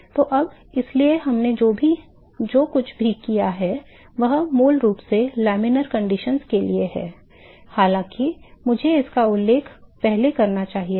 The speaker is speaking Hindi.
तो अब इसलिए हमने जो कुछ भी किया है वह मूल रूप से laminar conditions के लिए है हालांकि मुझे इसका उल्लेख पहले करना चाहिए था